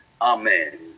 amen